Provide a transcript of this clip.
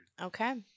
Okay